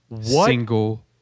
single